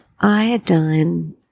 iodine